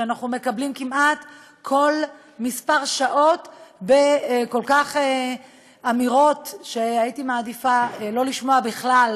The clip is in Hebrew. כשאנחנו מקבלים כמעט כל כמה שעות אמירות שהייתי מעדיפה לא לשמוע בכלל,